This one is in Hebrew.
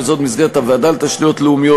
וזאת במסגרת הוועדה לתשתיות לאומיות,